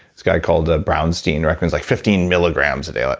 this guy called ah brownstein recommends like fifteen milligrams a day, like